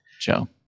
Joe